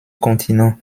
continent